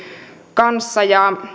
kanssa ja